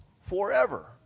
forever